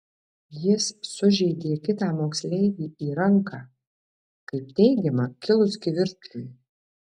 jis sužeidė kitą moksleivį į ranką kaip teigiama kilus kivirčui